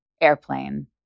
airplane